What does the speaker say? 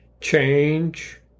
change